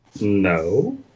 No